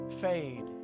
fade